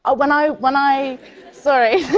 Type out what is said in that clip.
ah when i when i sorry.